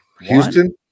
Houston